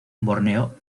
borneo